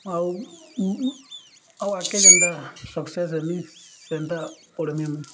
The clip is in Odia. ଆଉ ଆଉ ଆଗ୍କେ ଯେନ୍ତା ସକ୍ସେସ୍ ହେମି ସେନ୍ତା ପଢ଼୍ମି ମୁଇଁ